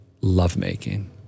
lovemaking